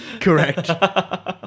Correct